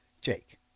Jake